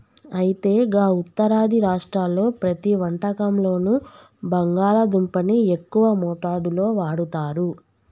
అయితే గా ఉత్తరాది రాష్ట్రాల్లో ప్రతి వంటకంలోనూ బంగాళాదుంపని ఎక్కువ మోతాదులో వాడుతారు